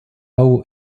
lowe